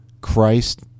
Christ